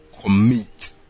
commit